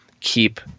keep